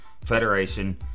Federation